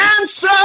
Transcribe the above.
answer